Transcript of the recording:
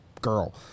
girl